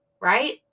Right